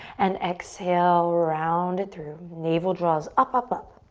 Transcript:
and exhale, round it through, navel draws up, up, up.